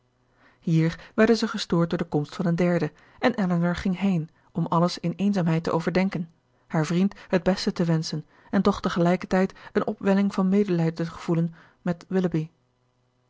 hier werden zij gestoord door de komst van een derde en elinor ging heen om alles in eenzaamheid te overdenken haar vriend het beste te wenschen en toch tegelijkertijd eene opwelling van medelijden te gevoelen met